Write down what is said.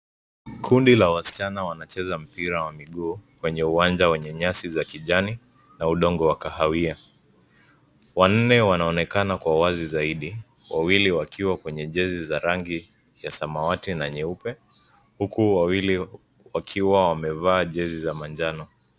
Kundi la wasichana wanacheza mpira wa miguu kwenye uwanja wenye nyasi za kijani na udongo wa kahawia. Wanne wanaonekana kwa wazi zaidi, wawili wakiwa kwenye jezi za rangi ya samawati na nyeupe huku wawili wakiwa wamevaa jezi za manjano.